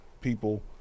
people